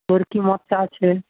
তোর কি মত আছে